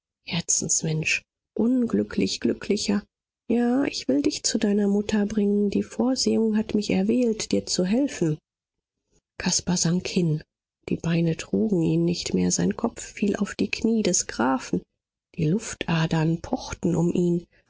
gelöbnis herzensmensch unglücklich glücklicher ja ich will dich zu deiner mutter bringen die vorsehung hat mich erwählt dir zu helfen caspar sank hin die beine trugen ihn nicht mehr sein kopf fiel auf die knie des grafen die luftadern pochten um ihn